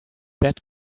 that